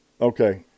okay